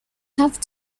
have